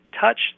touch